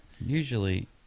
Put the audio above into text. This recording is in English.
Usually